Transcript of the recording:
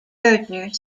berger